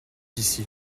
ici